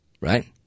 right